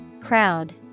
Crowd